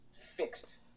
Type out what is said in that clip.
fixed